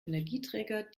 energieträger